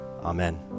amen